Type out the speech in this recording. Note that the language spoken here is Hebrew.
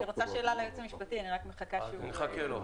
(הישיבה נפסקה בשעה 11:20 ונתחדשה בשעה 11:23.)